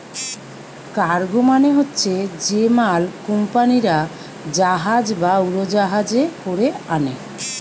cargo মানে হচ্ছে যে মাল কুম্পানিরা জাহাজ বা উড়োজাহাজে কোরে আনে